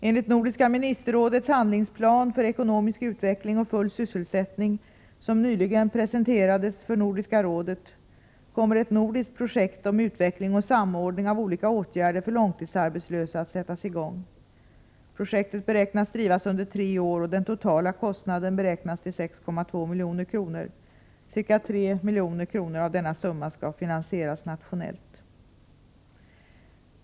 Enligt Nordiska ministerrådets handlingsplan för ekonomisk utveckling och full sysselsättning, som nyligen presenterades för Nordiska rådet, kommer ett nordiskt projekt om utveckling och samordning av olika åtgärder för långtidsarbetslösa att sättas i gång. Projektet beräknas drivas under tre år, och den totala kostnaden beräknas till 6,2 milj.kr. Ca 3 milj.kr. av denna summa skall finansieras nationellt.